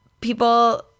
people